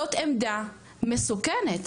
זאת עמדה מסוכנת,